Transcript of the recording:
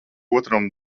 otram